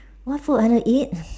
what food I want to eat